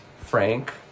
Frank